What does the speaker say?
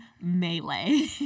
melee